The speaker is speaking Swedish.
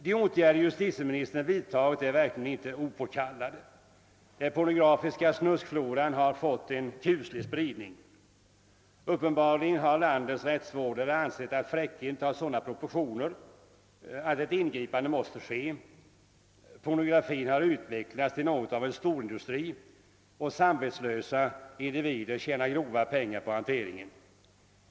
De åtgärder justitieministern vidtagit är verkligen inte opåkallade. Den pornografiska snuskfloran har fått en kuslig spridning. Uppenbarligen har landets rättsvårdare ansett att fräckheten tagit sådana proportioner att ett ingripande måste ske. Pornografin har utvecklats till något av en storindustri, och samvetslösa individer tjänar grova pengar på hanteringen.